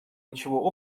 ничего